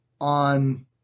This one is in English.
on